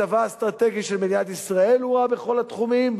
מצבה האסטרטגי של מדינת ישראל הורע בכל התחומים.